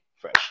Fresh